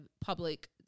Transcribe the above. public